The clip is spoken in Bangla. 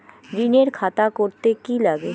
ঋণের খাতা করতে কি লাগে?